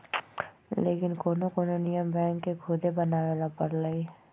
लेकिन कोनो कोनो नियम बैंक के खुदे बनावे ला परलई